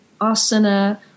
asana